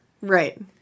Right